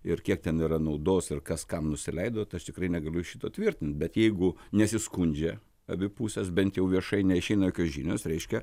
ir kiek ten yra naudos ir kas kam nusileido tai aš tikrai negaliu šito tvirtint bet jeigu nesiskundžia abi pusės bent jau viešai neišeina jokios žinios reiškia